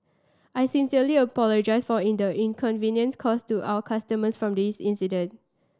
I sincerely apologise for in the inconvenience caused to our customers from this incident